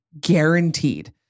Guaranteed